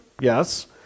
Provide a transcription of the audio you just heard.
yes